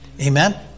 Amen